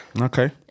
Okay